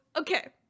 okay